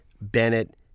Bennett